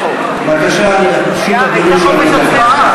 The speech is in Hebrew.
היא לא תמכה בהצעת החוק, היא נתנה חופש הצבעה.